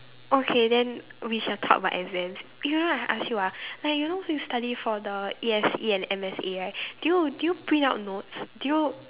okay then we shall talk about exams you know I ask you ah like you know you study for the E_S_E and M_S_A right do you do you print out notes do you